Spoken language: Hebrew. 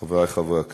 תודה, חברי חברי הכנסת,